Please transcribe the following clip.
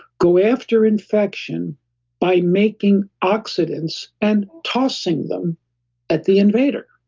go after infection by making oxidants and tossing them at the invader.